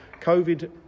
COVID